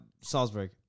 Salzburg